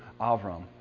Avram